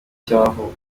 cy’amoko